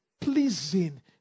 pleasing